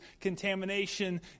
contamination